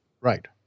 right